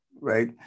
right